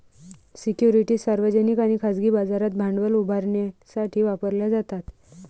securities सार्वजनिक आणि खाजगी बाजारात भांडवल उभारण्यासाठी वापरल्या जातात